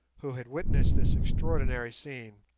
who had witnessed this extraordinary scene.